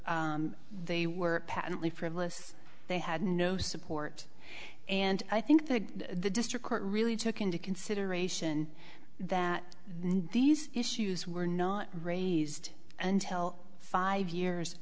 they were patently frivolous they had no support and i think that the district court really took into consideration that these issues were not raised until five years